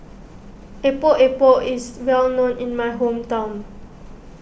Epok Epok is well known in my hometown